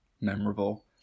memorable